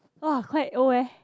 !wah! quite old eh